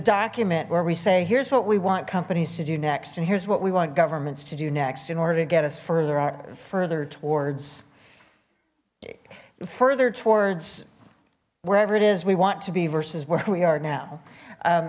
document where we say here's what we want companies to do next and here's what we want governments to do next in order to get us further further towards further towards wherever it is we want to be versus where we are now